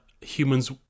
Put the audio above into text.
humans